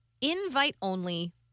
invite-only